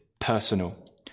personal